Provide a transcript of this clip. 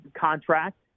contract